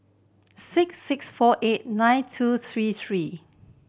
six six four eight nine two three three